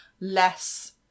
less